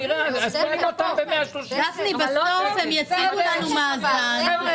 בסוף הם יציגו לנו מאזן.